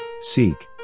seek